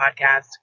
podcast